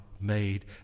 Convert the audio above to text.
made